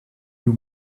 you